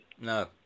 No